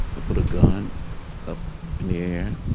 and put a gun up in the air,